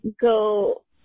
go